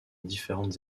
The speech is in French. différentes